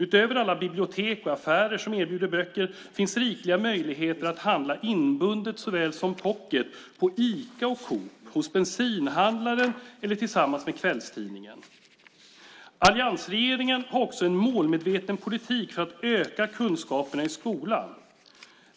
Utöver alla bibliotek och affärer som erbjuder böcker finns rikliga möjligheter att handla inbundet såväl som pocket på Ica och Coop, hos bensinhandlaren eller tillsammans med kvällstidningen. Alliansregeringen har också en målmedveten politik för att öka kunskaperna i skolan.